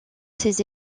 ses